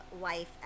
life